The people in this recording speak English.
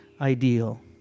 ideal